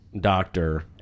doctor